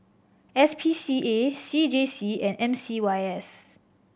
S P C A C J C and M C Y S